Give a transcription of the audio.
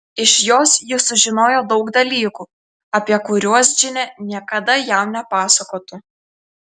iš jos jis sužinojo daug dalykų apie kuriuos džinė niekada jam nepasakotų